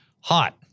hot